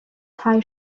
tai